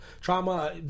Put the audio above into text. trauma